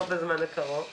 לא בזמן הקרוב.